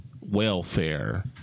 welfare